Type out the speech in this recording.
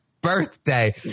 birthday